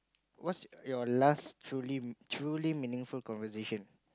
what's your last truly truly meaningful conversation